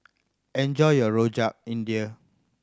enjoy your Rojak India